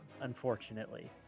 unfortunately